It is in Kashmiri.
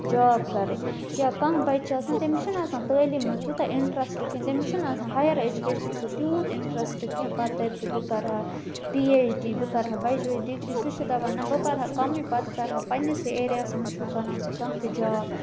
جاب کَرٕنۍ یا کانٛہہ بَچہِ آسان تٔمِس چھُنہٕ آسان تعلیٖم منٛز تیٛوٗتاہ اِنٹرَسٹ کیٚنٛہہ تٔمِس چھُنہٕ آسان ہایَر ایٚجُوکیشَنس سۭتۍ تیٛوٗت اِنٹرَسٹ کیٚنٛہہ پَتہٕ دپہِ سُہ بہٕ کَرٕ ہا پی ایچ ڈی بہٕ کَرٕ ہا بَجہِ بَجہِ ڈِگری سُہ چھُ دَپان نہَ بہٕ پَرٕ ہا کَمٕے پَتہٕ کَرٕ ہا پَنٕنِسٕے ایریاہَس منٛز چھُ کَران سُہ کانٛہہ تہِ جاب